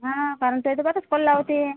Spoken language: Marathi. हा कारन त्या दोगातच कल्ला ओते